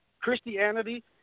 Christianity